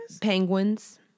Penguins